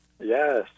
Yes